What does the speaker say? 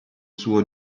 suo